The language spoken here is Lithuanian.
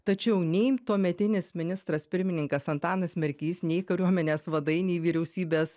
tačiau nei tuometinis ministras pirmininkas antanas merkys nei kariuomenės vadai nei vyriausybės